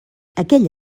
aquell